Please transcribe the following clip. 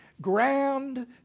grand